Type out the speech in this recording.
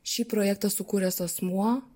šį projektą sukūręs asmuo